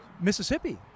Mississippi